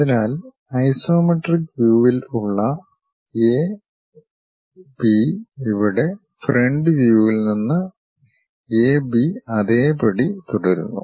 അതിനാൽ ഐസോമെട്രിക് വ്യൂവിൽ ഉള്ള എ ബി ഇവിടെ ഫ്രണ്ട് വ്യൂവിൽ നിന്ന് എ ബി അതേപടി തുടരുന്നു